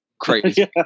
Crazy